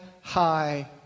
high